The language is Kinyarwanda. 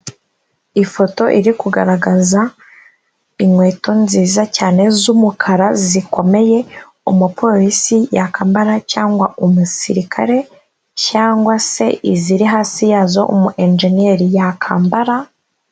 Ifoto iri kugaragaza inkweto nziza cyane z'umukara zikomeye umupolisi yakambara cyangwa umusirikare, cyangwa se iziri hasi yazo umu injeniyeri yakambara,